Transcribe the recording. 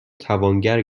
توانگر